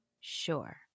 Sure